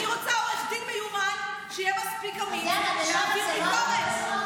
אני רוצה עורך דין מיומן שיהיה מספיק אמיץ להעביר ביקורת.